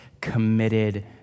committed